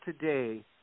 today